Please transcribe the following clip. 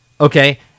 okay